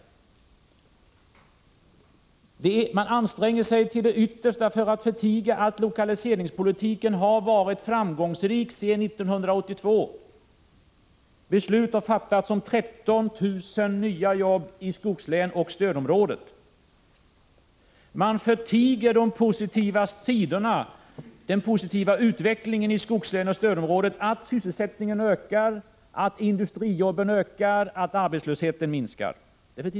Man anstränger sig till det yttersta för att förtiga att lokaliseringspolitiken har varit framgångsrik sedan 1982. Beslut har fattats om 13 000 nya jobb i skogslän och i stödområdet. Man förtiger den positiva utvecklingen i skogslänen och i stödområdet — att sysselsättningen ökar, att industrijobben ökar, att arbetslösheten minskar.